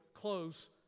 close